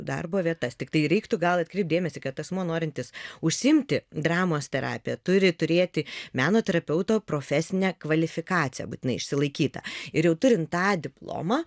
darbo vietas tiktai reiktų gal atkreipt dėmesį kad asmuo norintis užsiimti dramos terapija turi turėti meno terapeuto profesinę kvalifikaciją būtinai išsilaikyti ir jau turint tą diplomą